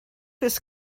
this